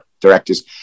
directors